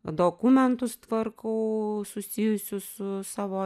dokumentus tvarkau susijusius su savo